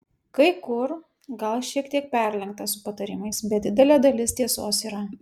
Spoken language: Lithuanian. kai kur gal šiek tiek perlenkta su patarimais bet didelė dalis tiesos yra